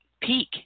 peak